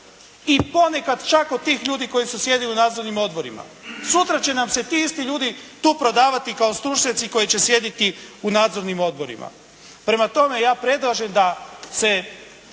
i ponekad čak od tih ljudi koji su sjedili u nadzornim odborima. Sutra će nam se ti isti ljudi tu prodavati kao stručnjaci koji će sjediti u nadzornim odborima. Prema tome ja predlažem da se